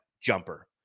jumper